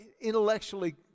intellectually